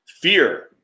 Fear